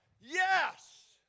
Yes